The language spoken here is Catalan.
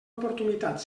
oportunitat